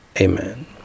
Amen